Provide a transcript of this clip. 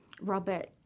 Robert